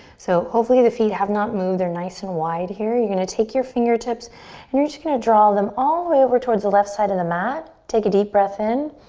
so hopefully the feet have not moved. they're nice and wide here. you're gonna take your fingertips and you're just gonna draw them all the way over to the left side of the mat. take a deep breath in.